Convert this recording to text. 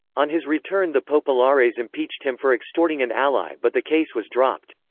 on his return the populares impeached him for extorting an ally but the case was dropped.